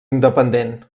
independent